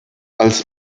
als